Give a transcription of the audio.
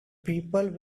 people